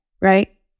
right